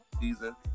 season